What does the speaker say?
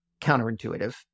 counterintuitive